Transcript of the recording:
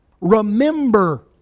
Remember